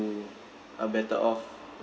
who are better off